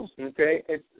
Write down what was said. Okay